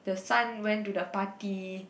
the son went to the party